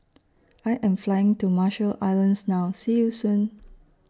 I Am Flying to Marshall Islands now See YOU Soon